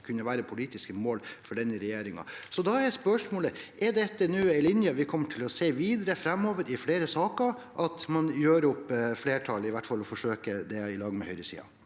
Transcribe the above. kunne være politiske mål for denne regjeringen. Da er spørsmålet: Er dette en linje vi kommer til å se videre framover i flere saker – at man gjør opp et flertall, i hvert fall forsøker det, sammen med høyresiden?